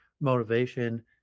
motivation